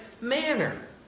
manner